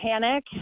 panic